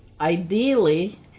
ideally